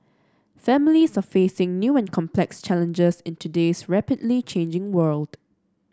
families are facing new and complex challenges in today's rapidly changing world